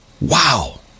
Wow